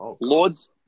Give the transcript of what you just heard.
Lords